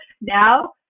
now